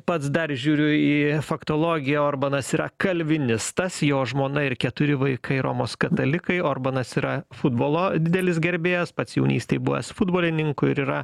pats dar žiūriu į faktologiją orbanas yra kalvinistas jo žmona ir keturi vaikai romos katalikai orbanas yra futbolo didelis gerbėjas pats jaunystėj buvęs futbolininku ir yra